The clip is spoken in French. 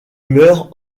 meurt